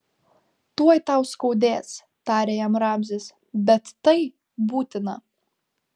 tuoj tau skaudės tarė jam ramzis bet tai būtina